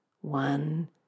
one